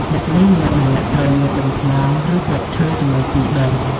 អ្នកលេងម្នាក់ៗត្រូវមាន ដុំថ្ម (ឬគ្រាប់ឈើ) ចំនួន ២ ដុំ។